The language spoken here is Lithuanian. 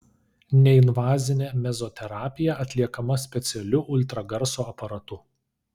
neinvazinė mezoterapija atliekama specialiu ultragarso aparatu